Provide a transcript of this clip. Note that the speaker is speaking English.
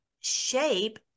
shape